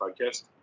podcast